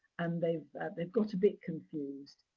and they've they've got a bit confused.